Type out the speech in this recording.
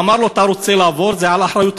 אמר לו: אתה רוצה לעבור, זה על אחריותך.